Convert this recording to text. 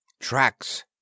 Tracks